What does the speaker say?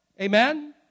Amen